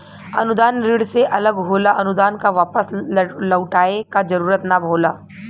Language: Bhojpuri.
अनुदान ऋण से अलग होला अनुदान क वापस लउटाये क जरुरत ना होला